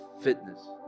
fitness